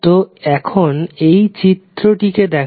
তো এখন এই চিত্র টিকে দেখো